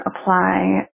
apply